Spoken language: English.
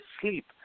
sleep